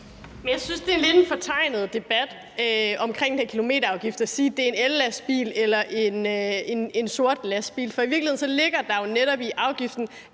jeg synes, det er lidt at fortegne debatten omkring den kilometerafgift at sige: Det er en ellastbil eller en sort lastbil. For i virkeligheden ligger der jo netop i afgiften,